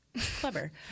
Clever